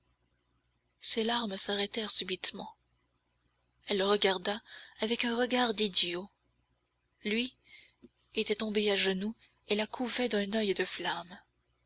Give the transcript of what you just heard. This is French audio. ses larmes s'arrêtèrent subitement elle le regarda avec un regard d'idiot lui était tombé à genoux et la couvait d'un oeil de flamme